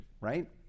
right